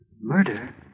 murder